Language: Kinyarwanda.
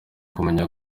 kumenya